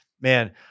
man